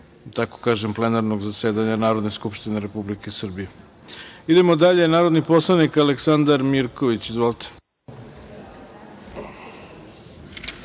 redu našeg plenarnog zasedanja Narodne skupštine Republike Srbije. Idemo dalje. Narodni poslanik Aleksandar Mirković. Izvolite.